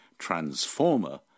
Transformer